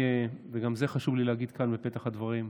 וגם זה חשוב לי להגיד כאן בפתח הדברים,